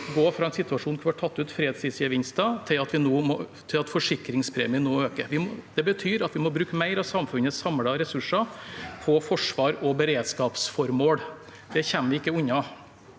gå fra en situasjon hvor det ble tatt ut fredstidsgevinster, til at forsikringspremien nå øker. Det betyr at vi må bruke mer av samfunnets samlede ressurser på forsvars- og beredskapsformål. Det kommer vi ikke unna.